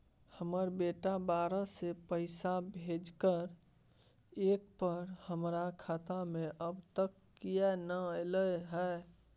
हमर बेटा बाहर से पैसा भेजलक एय पर हमरा खाता में अब तक किये नाय ऐल है?